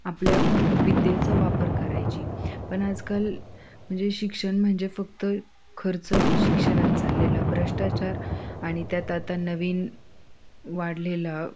आपल्या विद्येचा वापर करायची पण आजकाल म्हणजे शिक्षण म्हणजे फक्त खर्च शिक्षणात चाललेला भ्रष्टाचार आणि त्यात आता नवीन वाढलेलं